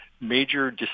major